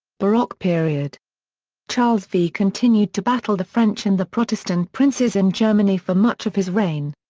baroque period charles v continued to battle the french and the protestant princes in germany for much of his reign.